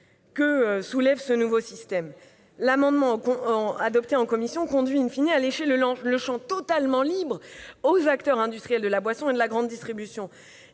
que soulève ce nouveau système. La version adoptée en commission conduit à laisser le champ totalement libre aux acteurs industriels de la boisson et de la grande distribution.